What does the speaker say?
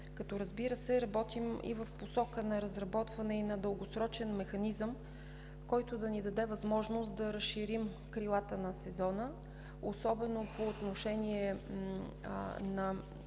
Разбира се, работим и в посока на разработване и на дългосрочен механизъм, който да ни даде възможност да разширим крилата на сезона, особено по отношение на